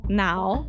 now